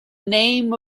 name